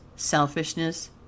selfishness